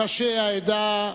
ראשי העדה הדרוזית,